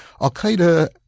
Al-Qaeda